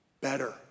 Better